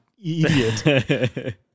idiot